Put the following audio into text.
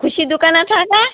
खुशी दुकानच हा का